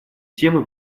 темы